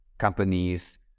companies